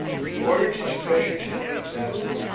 he ordered his treasures to be ex amined.